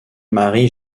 marie